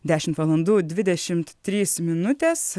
dešimt valandų dvidešimt trys minutės